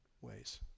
ways